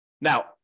Now